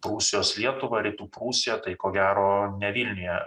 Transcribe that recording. prūsijos lietuvą rytų prūsiją tai ko gero ne vilniuje